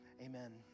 Amen